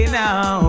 now